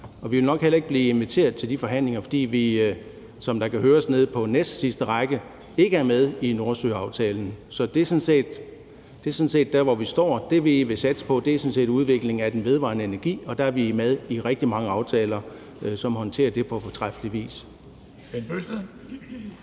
Vi vil nok heller ikke blive inviteret til de forhandlinger, fordi vi – som det kan høres nede på næstsidste række – ikke er med i Nordsøaftalen. Så det er sådan set der, hvor vi står. Det, vi vil satse på, er sådan set udviklingen af den vedvarende energi, og der er vi med i rigtig mange aftaler, som håndterer det på fortræffelig vis.